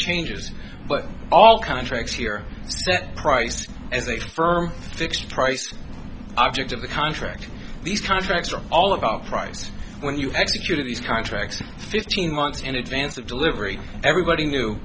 changes but all contracts here price as a firm fixed price object of the contract these contracts are all about price when you executed these contracts fifteen months in advance of delivery everybody knew